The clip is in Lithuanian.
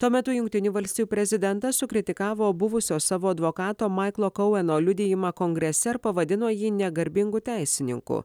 tuo metu jungtinių valstijų prezidentas sukritikavo buvusio savo advokato maiklo koeno liudijimą kongrese ir pavadino jį negarbingu teisininku